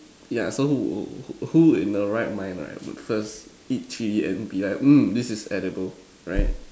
yeah so who in the right mind right would first eat chilli and be like mm this is edible right